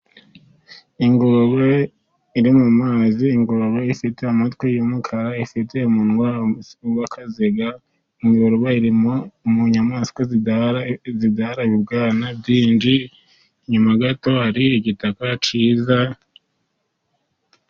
Ingurube iri mu mazi, ingurube ifite amatwi y'umukara , ifite umunwa w'akaziga, ingurube iri mu nyamaswa zibyara ubwana bwinshi, inyuma gato hari igitaka cyiza.